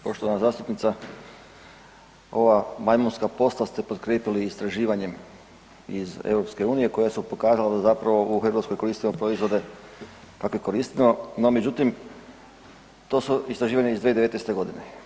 Poštovana zastupnica, ova majmunska posla ste potkrijepili istraživanjem iz EU koja su pokazala da zapravo u Hrvatskoj koristimo proizvode kakve koristimo, no međutim to su istraživanja iz 2019.g.